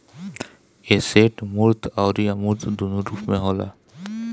asset मूर्त अउरी अमूर्त दूनो रूप में होला